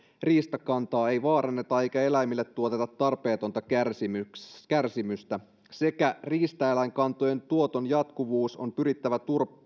riistakantaa ei vaaranneta eikä eläimille tuoteta tarpeetonta kärsimystä kärsimystä sekä riistaeläinkantojen tuoton jatkuvuus on pyrittävä